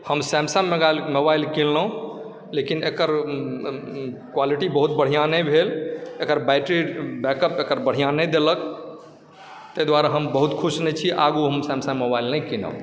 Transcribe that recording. हम Samsung mobile किनलहुँ लेकिन एकर क्वालिटी बहुत बढ़िआँ नहि भेल एकर बैटरी बैकअप एकर बढ़िआँ नहि देलक तहि दुआरे हम बहुत खुश नहि छी आ हम सैमसँग मोबाइल नहि किनब